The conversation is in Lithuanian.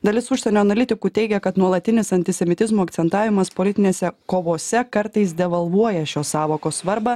dalis užsienio analitikų teigia kad nuolatinis antisemitizmo akcentavimas politinėse kovose kartais devalvuoja šios sąvokos svarbą